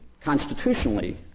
constitutionally